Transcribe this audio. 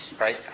right